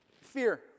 Fear